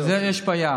אבל יש בעיה.